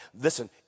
Listen